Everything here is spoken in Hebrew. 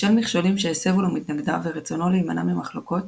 בשל מכשולים שהסבו לו מתנגדיו ורצונו להימנע ממחלוקות,